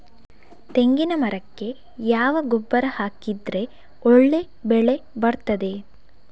ತೆಂಗಿನ ಮರಕ್ಕೆ ಯಾವ ಗೊಬ್ಬರ ಹಾಕಿದ್ರೆ ಒಳ್ಳೆ ಬೆಳೆ ಬರ್ತದೆ?